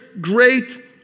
great